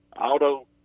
Auto